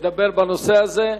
לדבר בנושא הזה,